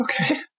okay